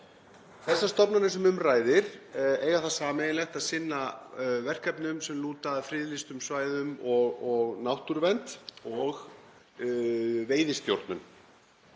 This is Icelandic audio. Þær stofnanir sem um ræðir eiga það sameiginlegt að sinna verkefnum sem lúta að friðlýstum svæðum, náttúruvernd og veiðistjórnun.